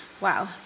Wow